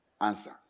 answer